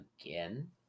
again